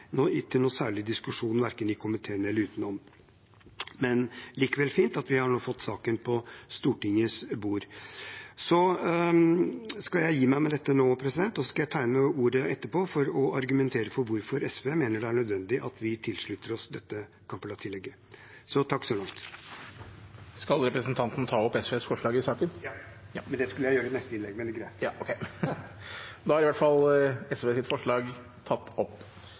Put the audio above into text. særlig diskusjon, verken i komiteen eller utenom. Det er likevel fint at vi nå har fått saken på Stortingets bord. Jeg skal gi meg med dette nå, og så skal jeg tegne meg igjen etterpå for å argumentere for hvorfor SV mener det er nødvendig at vi tilslutter oss dette Kampala-tillegget. Skal representanten ta opp SVs forslag i saken? Ja. Det skulle jeg gjøre i neste innlegg, men det er greit. Da har representanten Petter Eide tatt opp forslagene fra SV.